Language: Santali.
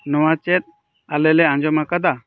ᱱᱚᱣᱟ ᱪᱮᱫ ᱟᱞᱮᱞᱮ ᱟᱸᱡᱚᱢ ᱟᱠᱟᱫᱟ